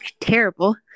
terrible